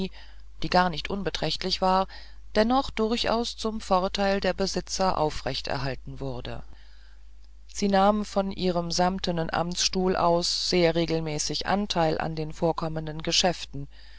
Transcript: die gar nicht unbeträchtlich war dennoch durchaus zum vorteil der besitzer aufrechterhalten wurde sie nahm von ihrem samtnen armstuhl aus sehr regelmäßig anteil an den vorkommenden geschäften